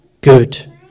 good